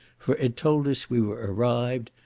for it told us we were arrived,